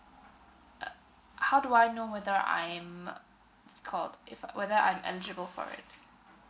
ugh how do I know whether I am it's called if I whether I'm eligible for it